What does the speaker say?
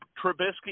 Trubisky